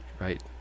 Right